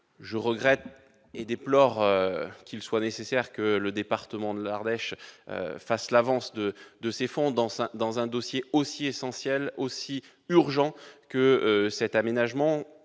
Je regrette et déplore qu'il soit nécessaire que le département de l'Ardèche fasse l'avance des fonds dans un dossier aussi capital et aussi urgent que cet aménagement,